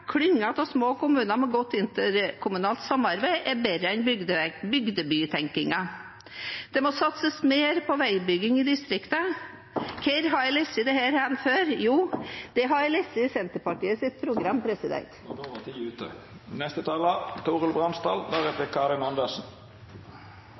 av små kommuner med godt interkommunalt samarbeid er bedre enn «bygdebytenking». Det må satses mer på veibygging i distriktene. – Hvor har jeg lest dette før? Jo, det har jeg lest i Senterpartiets program. Det er flere temaer som har utmerket seg i debatten, og